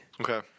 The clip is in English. Okay